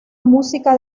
música